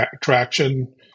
traction